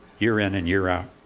year in and year out.